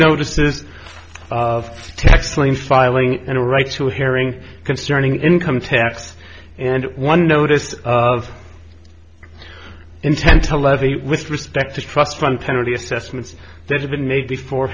notices of tax lien filing and a right to a hearing concerning income tax and one noticed of intend to levy with respect to trust fund penalty assessments that have been made before